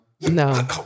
No